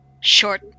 short